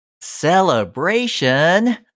Celebration